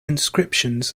inscriptions